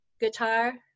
Guitar